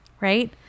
right